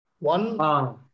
one